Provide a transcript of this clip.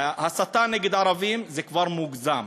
והסתה נגד ערבים, זה כבר מוגזם.